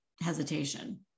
hesitation